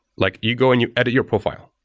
like you go and you edit your profile.